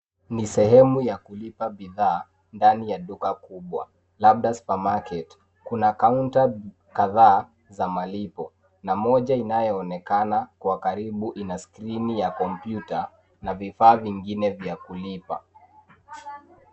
Ni sehemu ya kulipa bidhaa ndani ya duka kubwa, labda supermarket . Kuna kaunta kadhaa za malipo na moja inayoonekana kwa karibu ina skrini ya kompyuta na vifaa vingine vya kulipa.